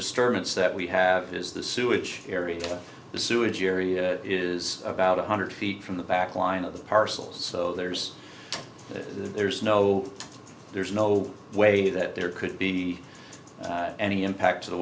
disturbance that we have is the sewage area the sewage area is about one hundred feet from the back line of parcels so there's there's no there's no way that there could be any impact t